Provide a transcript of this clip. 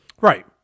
right